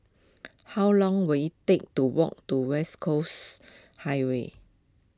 how long will it take to walk to West Coast Highway